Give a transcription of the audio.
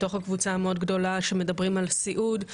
בתוך הקבוצה המאוד גדולה שמדברים על סיעוד,